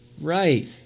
Right